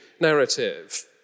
narrative